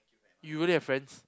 you really have friends